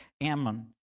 Ammon